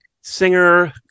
singer